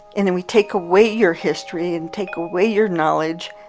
and and we take away your history, and take away your knowledge,